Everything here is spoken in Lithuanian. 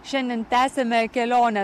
šiandien tęsiame kelionę